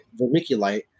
vermiculite